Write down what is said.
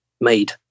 made